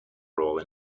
role